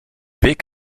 weg